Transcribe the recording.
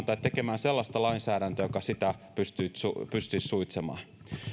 tai tekemään sellaista lainsäädäntöä joka sitä pystyisi suitsimaan